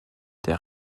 der